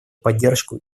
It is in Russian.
поддержку